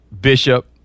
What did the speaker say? Bishop